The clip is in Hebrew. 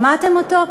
שמעתם אותו?